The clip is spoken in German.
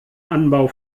anbau